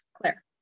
Claire